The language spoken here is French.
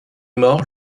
mort